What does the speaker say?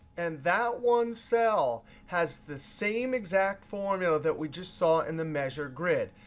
and that one cell has the same exact formula that we just saw in the measure grid.